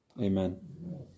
Amen